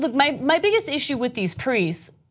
like my my biggest issue with these priests.